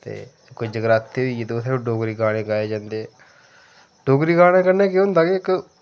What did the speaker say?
कोई जगराते होई गे ते उत्थै डोगरी गाने गाने गाए जंदे डोगरी गाने कन्नै केह् होंदा के इक्क